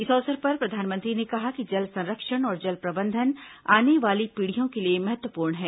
इस अवसर पर प्रधानमंत्री ने कहा कि जल संरक्षण और जल प्रबंधन आने वाली पीढ़ियों के लिए महत्वपूर्ण है